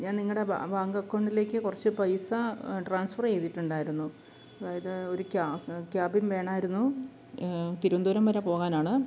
ഞാൻ നിങ്ങളുടെ ബാ ബാങ്ക് അക്കൗണ്ടിലേക്ക് കുറച്ച് പൈസ ട്രാൻസഫർ ചെയ്തിട്ടുണ്ടായിരുന്നു അതായത് ഒരു ക്യാ ക്യാബിൻ വേണമായിരുന്നു തിരുവനന്തപുരം വരെ പോകാനാണ്